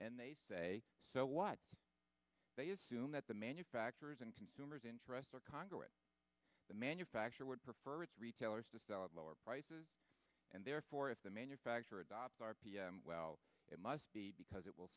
and they say so what they assume that the manufacturers and consumers interests are congress the manufacturer would prefer its retailers to sell at lower prices and therefore if the manufacturer adopts r p m well it must be because it will